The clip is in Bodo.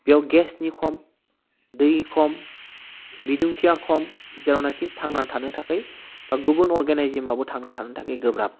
बेयाव गेसनि खम दै खम बिदुंथिया खम जेरावनाखि थांनानै थानो थाखाय बा गुबुन अरगेनाइजिमाबो थांना थानो थाखाय गोब्राब